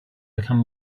become